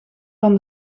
van